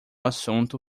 assunto